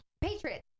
Patriots